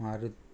Maruti